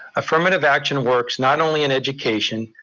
affirmative action works not only in education,